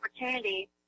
opportunity